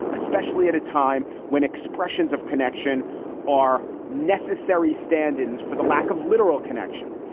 especially at a time when expressions of connection are necessary stand ins for the lack of literal connection.